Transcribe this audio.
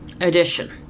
edition